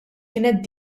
kienet